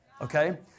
okay